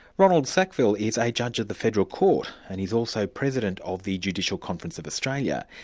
ronald sackville is a judge of the federal court, and is also president of the judicial conference of australia.